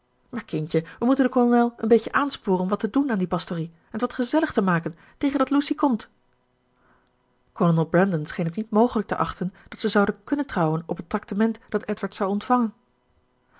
maar kindje we moeten den kolonel een beetje aansporen om wat te doen aan die pastorie en t wat gezellig te maken tegen dat lucy komt kolonel brandon scheen t niet mogelijk te achten dat ze zouden kunnen trouwen op het traktement dat edward zou ontvangen